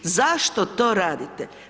Zašto to radite?